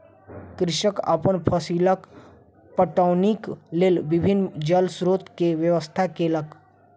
कृषक अपन फसीलक पटौनीक लेल विभिन्न जल स्रोत के व्यवस्था केलक